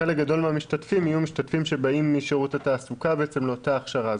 חלק גדול מהמשתתפים יהיו כאלה שבאים משירות התעסוקה לאותה הכשרה.